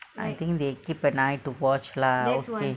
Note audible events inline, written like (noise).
(noise) I think they keep an eye to watch lah okay